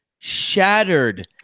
shattered